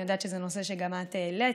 אני יודעת שזה נושא שאת העלית,